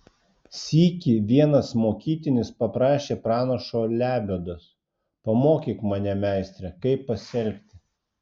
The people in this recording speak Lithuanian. sykį vienas mokytinis paprašė pranašo lebiodos pamokyk mane meistre kaip pasielgti